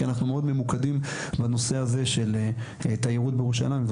כי אנחנו מאוד ממוקדים בנושא הזה של תיירות בירושלים.